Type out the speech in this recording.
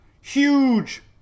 Huge